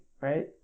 right